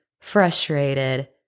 frustrated